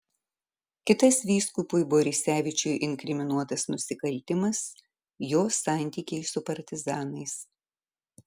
kitas vyskupui borisevičiui inkriminuotas nusikaltimas jo santykiai su partizanais